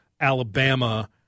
Alabama